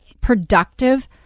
productive